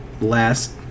last